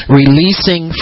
releasing